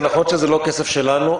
זה נכון שזה לא כסף שלנו,